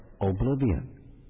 oblivion